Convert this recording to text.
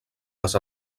les